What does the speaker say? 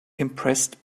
impressed